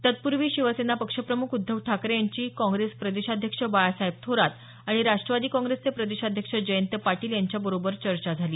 तत्पूर्वी शिवसेना पक्ष प्रमुख उद्धव ठाकरे यांची काँग्रेस प्रदेशाध्यक्ष बाळासाहेब थोरात आणि राष्ट्रवादी काँग्रेसचे प्रदेशाध्यक्ष जयंत पाटील यांच्याबरोबर चर्चा झाली